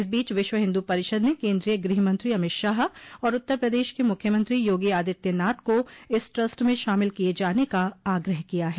इस बीच विश्व हिन्दू परिषद ने केन्द्रीय गृहमंत्री अमित शाह और उत्तर प्रदेश के मुख्यमंत्री योगी आदित्यनाथ को इस ट्रस्ट में शामिल किये जाने का आग्रह किया है